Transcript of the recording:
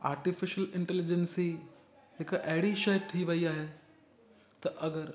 artificial intelligence हिकु अहिड़ी शइ थी वई आहे त अगरि